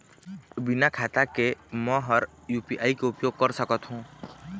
बिना खाता के म हर यू.पी.आई के उपयोग कर सकत हो?